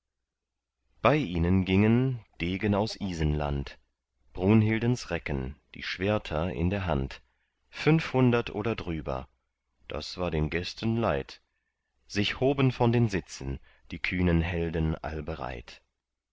bei ihnen gingen degen aus isenland brunhildens recken die schwerter in der hand fünfhundert oder drüber das war den gästen leid sich hoben von den sitzen die kühnen helden allbereit